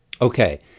okay